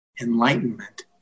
enlightenment